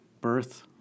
birth